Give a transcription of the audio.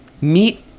meet